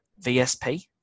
VSP